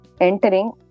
entering